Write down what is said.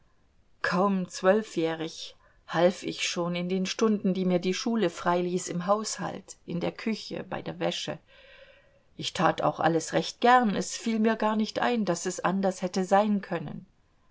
kaum zwölfjährig half ich schon in den stunden die mir die schule freiließ im haushalt in der küche bei der wäsche ich tat auch alles recht gern es fiel mir gar nicht ein daß es anders hätte sein können